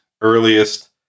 earliest